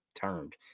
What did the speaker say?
turned